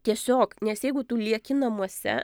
tiesiog nes jeigu tu lieki namuose